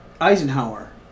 Eisenhower